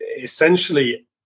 essentially